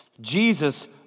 Jesus